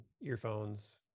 earphones